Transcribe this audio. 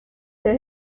der